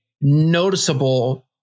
noticeable